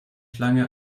schlange